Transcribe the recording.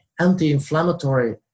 anti-inflammatory